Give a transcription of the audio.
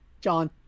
John